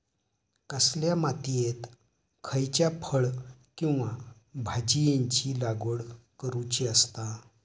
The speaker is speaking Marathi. कसल्या मातीयेत खयच्या फळ किंवा भाजीयेंची लागवड करुची असता?